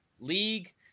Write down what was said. league